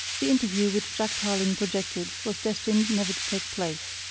the interview which jack tarling projected was destined never to take place.